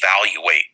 evaluate